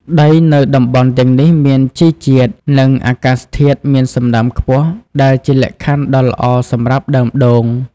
ដីនៅតំបន់ទាំងនេះមានជីជាតិ និងអាកាសធាតុមានសំណើមខ្ពស់ ដែលជាលក្ខខណ្ឌដ៏ល្អសម្រាប់ដើមដូង។